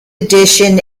edition